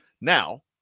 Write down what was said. Now